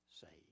saved